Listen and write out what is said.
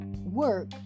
work